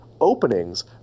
openings